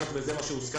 היות וזה מה שהוסכם,